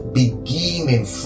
beginning